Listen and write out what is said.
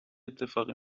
اتفاقی